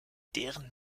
deren